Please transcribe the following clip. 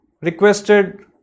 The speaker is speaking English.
requested